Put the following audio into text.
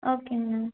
ஓகேங்கண்ணா